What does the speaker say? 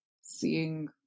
seeing